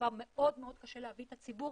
שכבר מאוד מאוד קשה להביא את הציבור